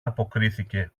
αποκρίθηκε